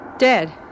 Dead